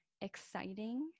exciting